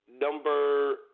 number